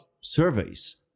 surveys